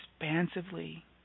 expansively